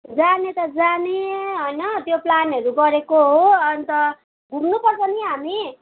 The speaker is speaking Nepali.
जाने त जाने होइन त्यो प्लानहरू गरेको हो अन्त घुम्नु पर्छ नि हामी